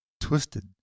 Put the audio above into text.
twisted